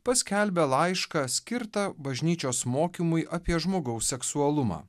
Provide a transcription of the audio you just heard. paskelbė laišką skirtą bažnyčios mokymui apie žmogaus seksualumą